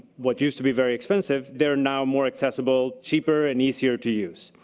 what used to be very expensive, they're now more accessible, cheaper and easier to use.